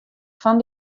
fan